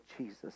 Jesus